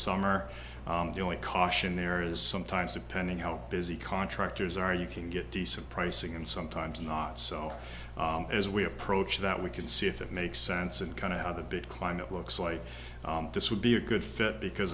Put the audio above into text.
summer the only caution there is sometimes depending how busy contractors are you can get decent pricing and sometimes not so as we approach that we can see if it makes sense and kind of how the big climate looks like this would be a good fit because